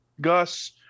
Gus